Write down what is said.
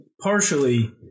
partially